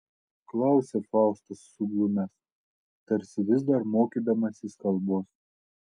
klausia faustas suglumęs tarsi vis dar mokydamasis kalbos